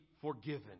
forgiven